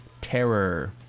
terror